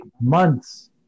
months